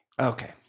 Okay